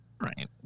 Right